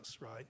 right